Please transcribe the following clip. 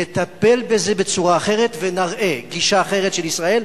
נטפל בזה בצורה אחרת ונראה גישה אחרת של ישראל.